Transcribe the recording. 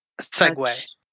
segue